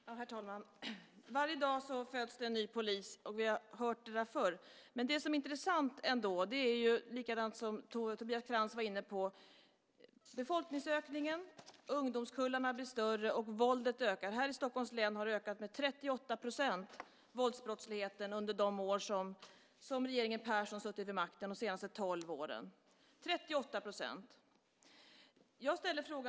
Herr talman! Varje dag föds det en ny polis. Vi har hört det förr. Det som är intressant är dock det som Tobias Krantz var inne på, att befolkningen ökar, att ungdomskullarna blir större och att våldet ökar. I Stockholms län har våldsbrottsligheten ökat med 38 % under de år som regeringen Persson suttit vid makten, de senaste tolv åren - 38 %!